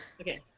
Okay